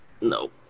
No